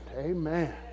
Amen